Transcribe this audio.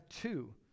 two